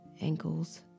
ankles